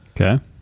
Okay